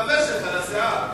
חבר שלך לסיעה,